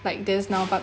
like this now but